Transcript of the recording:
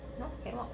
no can walk